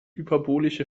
hyperbolische